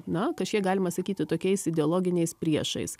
na kažkiek galima sakyti tokiais ideologiniais priešais